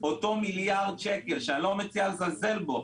אותם מיליארד שקל, שאני לא מציע לזלזל בהם,